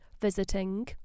Visiting